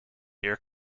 air